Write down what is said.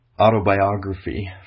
autobiography